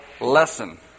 lesson